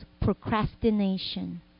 procrastination